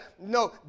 No